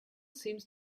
seems